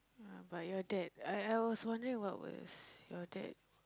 ya but your dad I was wondering what was your dad